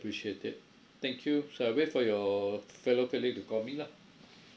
appreciate it thank you so I wait for your fellow colleague to call me lah